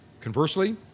Conversely